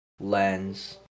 lens